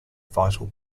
vital